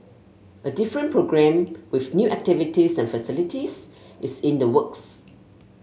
a different programme with new activities and facilities is in the works